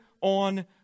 on